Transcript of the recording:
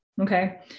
okay